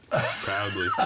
Proudly